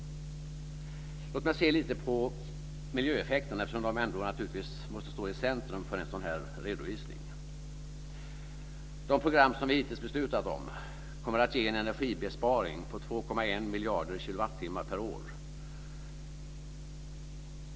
Låt mig se lite på miljöeffekterna, eftersom de ändå naturligtvis måste stå i centrum för en sådan här redovisning. De program som vi hittills beslutat om kommer att ge en energibesparing på 2,1 miljarder kilowattimmar per år.